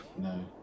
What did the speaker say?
No